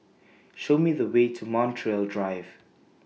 Show Me The Way to Montreal Drive